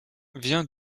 vient